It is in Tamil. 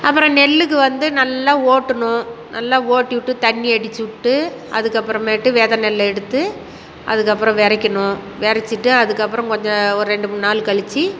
அப்புறம் நெல்லுக்கு வந்து நல்லா ஓட்டணும் நல்லா ஓட்டிவிட்டு தண்ணியை அடிச்சிவிட்டு அதுக்கப்புறமேட்டு வெதை நெல்லை எடுத்து அதுக்கப்புறம் வெதைக்கணும் வெதைச்சிட்டு அதுக்கப்புறம் கொஞ்சம் ஒரு ரெண்டு மூணுநாள் கழிச்சி